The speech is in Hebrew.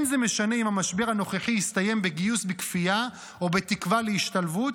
אין זה משנה אם המשבר הנוכחי יסתיים בגיוס בכפייה או בתקווה להשתלבות,